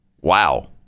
Wow